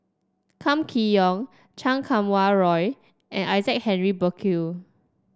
Kam Kee Yong Chan Kum Wah Roy and Isaac Henry Burkill